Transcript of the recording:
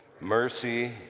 mercy